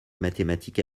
mathématiques